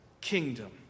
kingdom